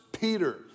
Peter